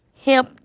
help